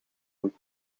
voet